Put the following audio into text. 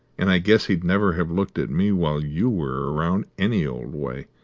and i guess he'd never have looked at me while you were around, any old way.